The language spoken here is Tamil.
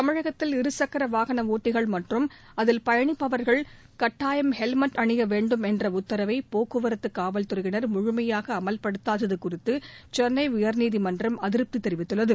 தமிழகத்தில் இருசக்கர வாகன ஓட்டிகள் மற்றும் அதில் பயணிப்பவர்கள் கட்டாயம் ஹெல்மெட் அணிய வேண்டும் என்ற உத்தரவை போக்குவரத்து காலவ்துறையினா் முழுமையாக அமல்படுத்ததாது குறித்து சென்னை உயர்நீதிமன்றம் அதிருப்தி தெரிவித்துள்ளது